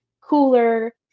cooler